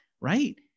right